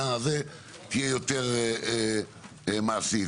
יותר מעשיות.